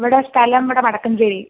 ഇവിടെ സ്ഥലമിവിടേ വടക്കാഞ്ചേരി